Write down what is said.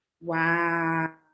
wow